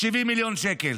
70 מיליון שקל.